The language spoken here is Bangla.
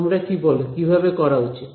তোমরা কি বলো কিভাবে করা উচিত